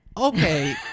Okay